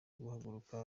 guhaguruka